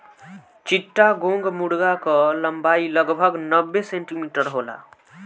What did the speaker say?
चिट्टागोंग मुर्गा कअ लंबाई लगभग नब्बे सेंटीमीटर होला